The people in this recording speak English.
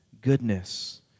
goodness